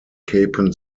capon